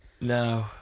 No